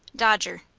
dodger.